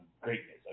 Greatness